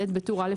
בטור א',